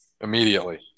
immediately